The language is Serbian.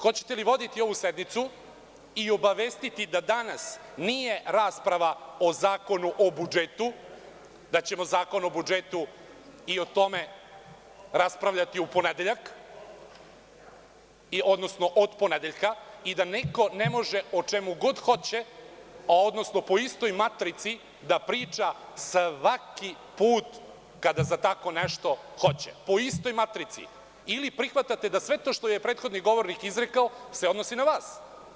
Hoćete li voditi ovu sednicu i obavestiti da danas nije rasprava o Zakonu o budžetu, da ćemo o Zakonu o budžetu raspravljati u ponedeljak, odnosno od ponedeljka i da niko ne može o čemu god hoće, a odnosno po istoj matrici da priča svaki put kada za tako nešto hoće, po istoj matrici, ili prihvatate da sve to što je prethodni govornik izrekao se odnosi na vas?